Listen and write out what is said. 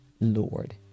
Lord